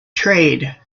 trade